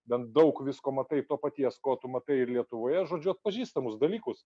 bent daug visko matai to paties ko tu matai ir lietuvoje žodžiu pažįstamus dalykus